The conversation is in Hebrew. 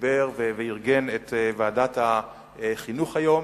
שדיבר וארגן את ועדת החינוך היום,